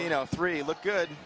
you know three look good